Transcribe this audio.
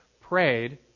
prayed